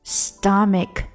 stomach